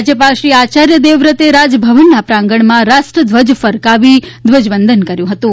રાજ્યપાલ શ્રી આચાર્ય દેવવ્રતે રાજભવનના પ્રાંગણમાં રાષ્ટ્રધ્વજ ફરકાવી ઘ્વજવંદન કર્યું હતું